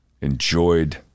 enjoyed